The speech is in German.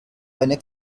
eine